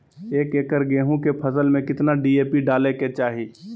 एक एकड़ गेहूं के फसल में कितना डी.ए.पी डाले के चाहि?